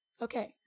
Okay